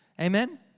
Amen